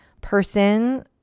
person